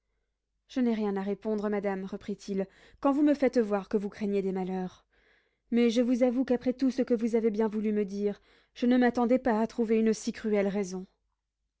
je n'ai rien à répondre madame reprit-il quand vous me faites voir que vous craignez des malheurs mais je vous avoue qu'après tout ce que vous avez bien voulu me dire je ne m'attendais pas à trouver une si cruelle raison